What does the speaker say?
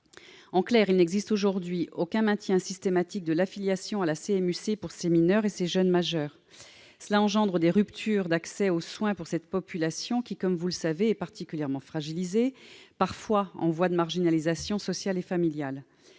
En clair, il n'existe aujourd'hui aucun maintien systématique de l'affiliation à la CMU-C pour ces mineurs et ces jeunes majeurs. Cela engendre des ruptures d'accès aux soins pour cette population particulièrement fragilisée et parfois en voie de marginalisation sociale et familiale.